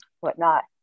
whatnot